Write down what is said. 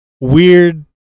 Weird